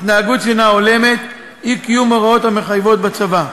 התנהגות שאינה הולמת ואי-קיום הוראות המחייבות בצבא.